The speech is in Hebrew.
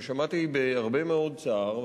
ושמעתי בהרבה מאוד צער,